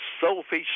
selfish